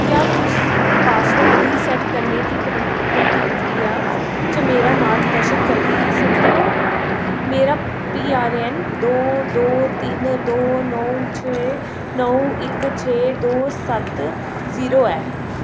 क्या तुस password reset करने दी प्रतिक्रिया च मेरा मार्गदर्शन करी सकदे ओ मेरा पी आर ए एन दो दो तिन दो नौ छे नौ इक छे दो सत्त जीरो ऐ